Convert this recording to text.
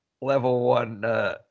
level-one